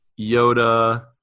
Yoda